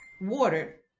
water